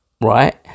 Right